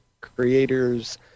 creators